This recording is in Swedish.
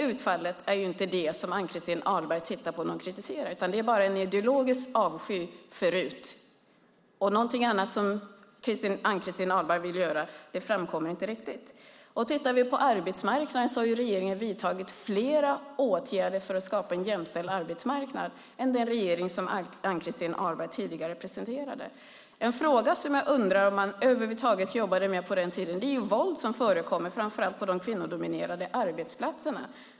Det är inte utfallet som Ann-Christin Ahlberg kritiserar, utan det handlar om en ideologisk avsky för RUT. Något annat framkommer inte. När det gäller arbetsmarknaden har denna regering vidtagit fler åtgärder för att skapa en jämställd arbetsmarknad än Ann-Christin Ahlbergs tidigare regering. En fråga som jag undrar om man över huvud taget jobbade med gäller det våld som förekommer på framför allt kvinnodominerade arbetsplatser.